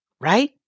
Right